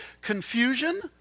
confusion